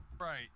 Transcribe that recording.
right